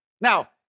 Now